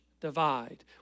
divide